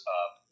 up